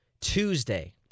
Tuesday